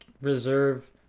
reserve